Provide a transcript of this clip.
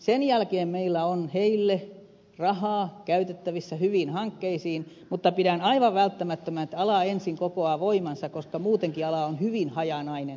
sen jälkeen meillä on luomualalle rahaa käytettävissä hyviin hankkeisiin mutta pidän aivan välttämättömänä että ala ensin kokoaa voimansa koska muutenkin ala on hyvin hajanainen